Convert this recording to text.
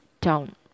town